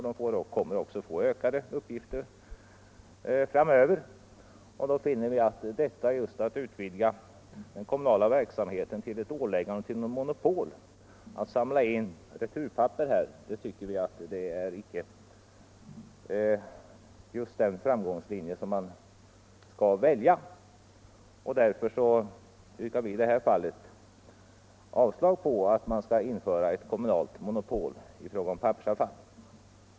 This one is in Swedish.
De kommer också att få ökade uppgifter framöver, och då finner vi att detta att utvidga den kommunala verksamheten till ett åläggande och ett monopol att samla in returpapper icke är den framkomstlinje man skall välja. Därför yrkar vi avslag på förslaget om införande av ett kommunalt monopol i fråga om pappersavfall.